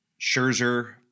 scherzer